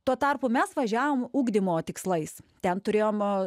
tuo tarpu mes važiavom ugdymo tikslais ten turėjom